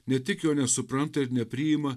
ne tik jo nesupranta ir nepriima